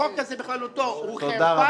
החוק הזה בכללותו הוא חרפה,